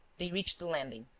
they reached the landing.